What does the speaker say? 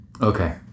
Okay